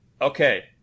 Okay